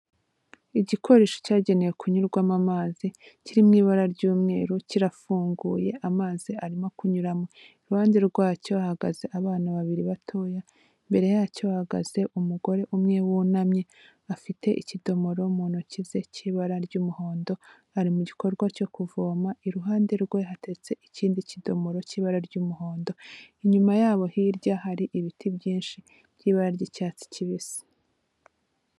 Igikoresho cyagenewe kunyurwamo amazi kiri mu ibara ry'umweru, kirafunguye amazi arimo kunyura. Iruhande rwacyo hahagaze abana babiri batoya, imbere yacyo hahagaze umugore umwe wunamye, afite ikidomoro mu ntoki ze cy'ibara ry'umuhondo, ari mu gikorwa cyo kuvoma, iruhande rwe hateretse ikindi kidomoro cy'ibara ry'umuhondo, inyuma yabo hirya hari ibiti byinshi by'ibara ry'icyatsi kibisi.